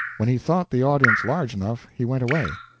when he thought the audience large enough, he went away.